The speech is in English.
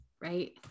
Right